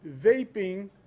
Vaping